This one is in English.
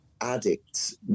addicts